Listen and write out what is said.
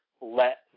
let